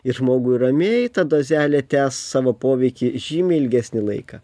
ir žmogui ramiai ta dozelė tęs savo poveikį žymiai ilgesnį laiką